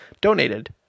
donated